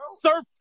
surf